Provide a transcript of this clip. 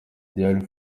dian